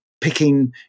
picking